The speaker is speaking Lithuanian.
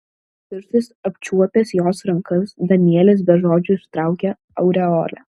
pirštais apčiuopęs jos rankas danielis be žodžių ištraukė aureolę